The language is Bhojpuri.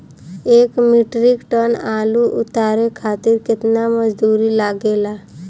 एक मीट्रिक टन आलू उतारे खातिर केतना मजदूरी लागेला?